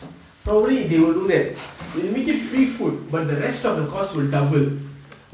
probably they will do that they will make it free food but the rest of the cost will double